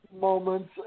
moments